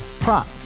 Prop